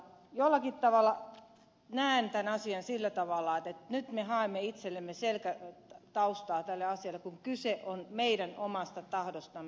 jollakin tavalla näen tämän asian sillä tavalla että nyt me haemme itsellemme taustaa tälle asialle kun kyse on meidän omasta tahdostamme